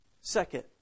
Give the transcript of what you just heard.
Second